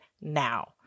now